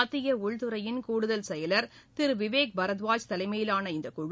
மத்திய உள்துறையின் கூடுதல் செயலர் திரு விவேக் பரத்வாஜ் தலைமையிலான இந்த குழு